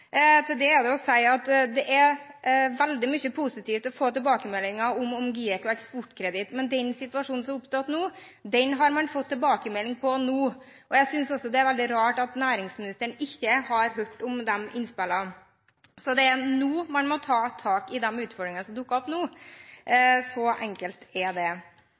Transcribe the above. Til det er det å si at det har vært veldig mange positive tilbakemeldinger å få om GIEK og Eksportkreditt Norge. Men den situasjonen som har oppstått nå, har man fått tilbakemelding om nå, og jeg synes også det er veldig rart at næringsministeren ikke har hørt om de innspillene. Så det er nå man må ta tak i de utfordringene som dukker opp nå. Så enkelt er det.